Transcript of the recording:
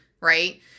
right